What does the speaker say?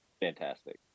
Fantastic